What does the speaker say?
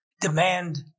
demand